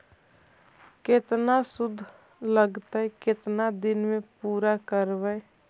केतना शुद्ध लगतै केतना दिन में पुरा करबैय?